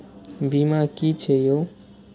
बीमा की छी ये?